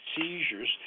seizures